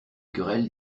querelles